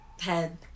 head